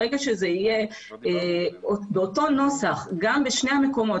ברגע שזה יהיה באותו נוסח בשני המקומות.